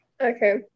Okay